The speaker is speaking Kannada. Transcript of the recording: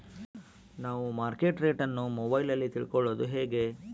ನಾವು ಮಾರ್ಕೆಟ್ ರೇಟ್ ಅನ್ನು ಮೊಬೈಲಲ್ಲಿ ತಿಳ್ಕಳೋದು ಹೇಗೆ?